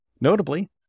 Notably